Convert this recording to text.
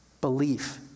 belief